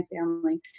family